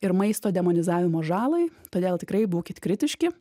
ir maisto demonizavimo žalai todėl tikrai būkit kritiški